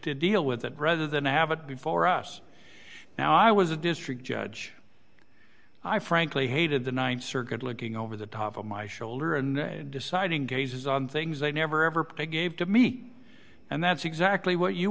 deal with that rather than have it before us now i was a district judge i frankly hated the th circuit looking over the top of my shoulder and deciding cases on things i never ever pay gave to me and that's exactly what you